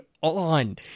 on